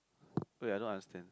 wait I don't understand